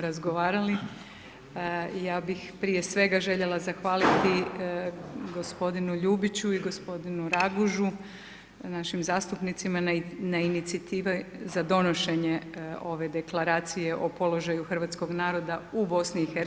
razgovarali, ja bih prije svega željela zahvaliti gospodinu Ljubiću i gospodinu Ragužu, našim zastupnicima na inicijativi za donošenje ove deklaracije o položaju hrvatskog naroda u BiH,